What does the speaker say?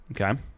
Okay